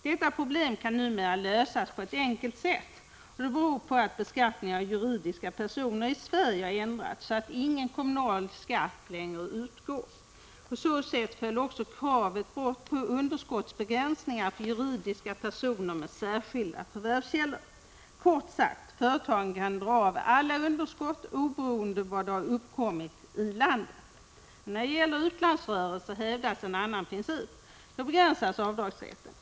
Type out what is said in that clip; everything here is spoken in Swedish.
Detta problem kan numera lösas på ett enkelt sätt beroende på att beskattningen av juridiska personer i Sverige har ändrats, så att ingen kommunal skatt längre utgår. På så sätt föll också kravet på underskottsbegränsningar för juridiska personer med särskilda förvärvskällor bort. Kort sagt: Företagen kan dra av alla underskott oberoende av var de har uppkommit i landet. Men när det gäller utlandsrörelser hävdas en annan princip — då begränsas avdragsrätten.